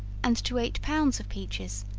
and to eight pounds of peaches,